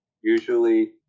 Usually